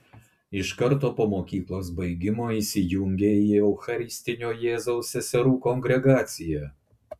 iš karto po mokyklos baigimo įsijungė į eucharistinio jėzaus seserų kongregaciją